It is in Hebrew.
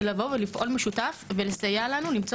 לבוא ולפעול משותף ולסייע לנו למצוא